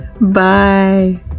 Bye